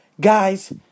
guys